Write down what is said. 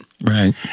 Right